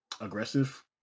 aggressive